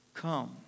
Come